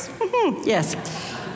Yes